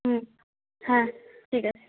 হ্যাঁ হ্যাঁ ঠিক আছে